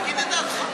תגיד את דעתך.